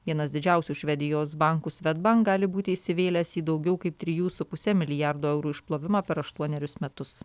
vienas didžiausių švedijos bankų svedbank gali būti įsivėlęs į daugiau kaip trijų su puse milijardo eurų išplovimą per aštuonerius metus